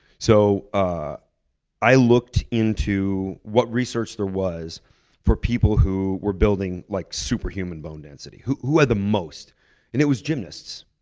so ah i looked into what research there was for people who were building like superhuman bone density, who who had the most, and it was gymnasts.